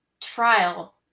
trial